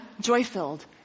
joy-filled